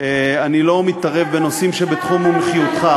אני לא מתערב בנושאים שבתחום מומחיותך,